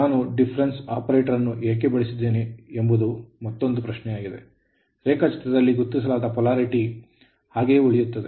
ನಾನು difference ವ್ಯತ್ಯಾಸ operator ಅನ್ನು ಏಕೆ ಬಳಸಿದ್ದೇನೆ ಎಂಬುದು ಮತ್ತೊಂದು ಪ್ರಶ್ನೆಯಾಗಿದೆ ಮತ್ತು ರೇಖಾಚಿತ್ರದಲ್ಲಿ ಗುರುತಿಸಲಾದ polarityಧ್ರುವೀಯತೆಯು ಹಾಗೆಯೇ ಉಳಿಯುತ್ತದೆ